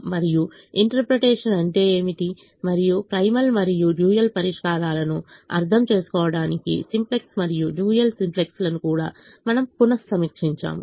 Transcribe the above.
మరియు ఇంటర్ప్రిటేషన్ అంటే ఏమిటి మరియు ప్రైమల్ మరియు డ్యూయల్ పరిష్కారాలను అర్థం చేసుకోవడానికి సింప్లెక్స్ మరియు డ్యూయల్ సింప్లెక్స్లను కూడా మనము పునఃసమీక్షించాము